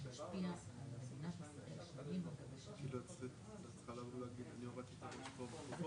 (הישיבה נפסקה בשעה 13:09 ונתחדשה בשעה 13:14.) אני מחדש את הישיבה.